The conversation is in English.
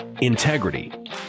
integrity